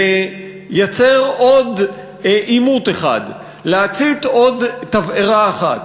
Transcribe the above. לייצר עוד עימות אחד, להצית עוד תבערה אחת.